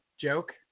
joke